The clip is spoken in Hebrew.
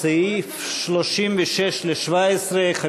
הכלכלה, לשנת הכספים 2017, כהצעת הוועדה, נתקבל.